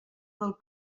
del